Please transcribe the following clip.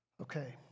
Okay